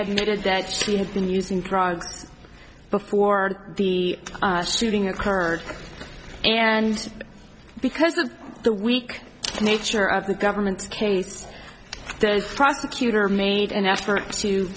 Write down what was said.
admitted that she had been using drugs before the shooting occurred and because of the weak nature of the government's case does the prosecutor made an effort to